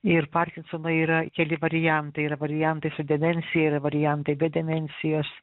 ir parkinsono yra keli variantai yra variantai su demencija yra variantai be demencijos